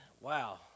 Wow